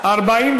התשע"ה 2015,